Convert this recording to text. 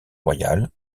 royal